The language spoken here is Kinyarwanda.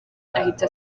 ahita